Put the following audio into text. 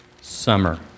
summer